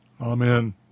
Amen